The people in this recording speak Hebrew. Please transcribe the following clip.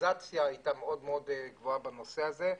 הפוליטיזציה הייתה מאוד מאוד גבוהה בנושא זה.